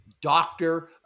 doctor